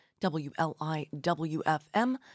WLIWFM